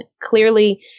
Clearly